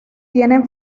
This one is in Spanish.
tienen